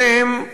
אלה הם,